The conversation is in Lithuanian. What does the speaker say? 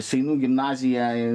seinų gimnazija